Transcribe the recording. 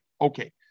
Okay